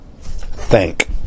Thank